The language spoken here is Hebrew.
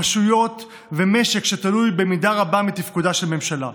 רשויות ומשק שתלוי במידה רבה בתפקודה של ממשלה.